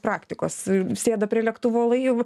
praktikos sėda prie lėktuvo laiv